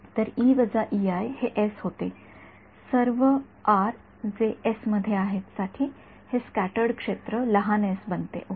तर हे एस होते सर्व साठी हे स्क्याटर्ड क्षेत्र लहान एस बनते ओके